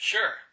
Sure